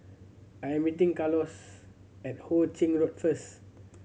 I am meeting Carlos at Ho Ching Road first